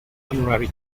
honorary